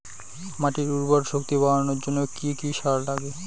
মাটির উর্বর শক্তি বাড়ানোর জন্য কি কি সার লাগে?